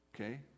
Okay